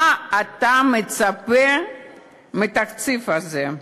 מה אתה מצפה מהתקציב הזה?